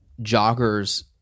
joggers